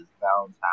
Valentine